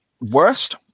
Worst